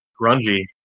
grungy